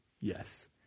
Yes